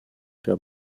der